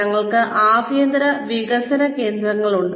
ഞങ്ങൾക്ക് ആഭ്യന്തര വികസന കേന്ദ്രങ്ങളുണ്ട്